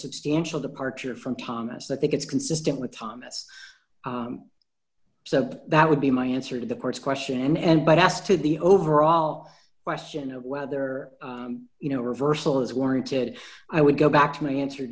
substantial departure from thomas i think it's consistent with thomas so that would be my answer to the court's question and but as to the overall question of whether you know reversal is warranted i would go back to my answer